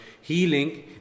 healing